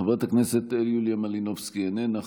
חברת הכנסת יוליה מלינובסקי, איננה.